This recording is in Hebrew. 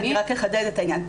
אני רק אחדד את העניין.